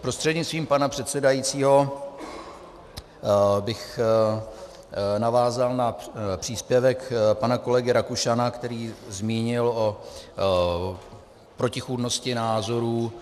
Prostřednictvím pana předsedajícího bych navázal na příspěvek pana kolegy Rakušana, který se zmínil o protichůdnosti názorů.